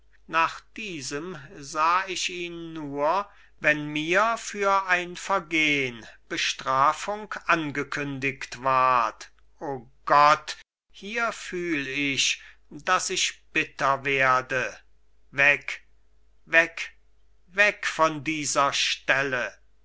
nach diesem sah ich ihn nur wenn mir für ein vergehn bestrafung angekündigt ward o gott hier fühl ich daß ich bitter werde weg weg weg von dieser stelle